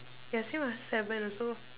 ya same ah seven also